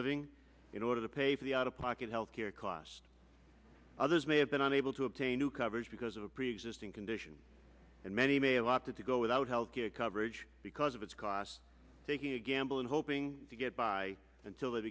living in order to pay for the out of pocket health care costs others may have been unable to obtain new coverage because of a preexisting condition and many may have opted to go without health care coverage because of its cost taking a gamble and hoping to get by until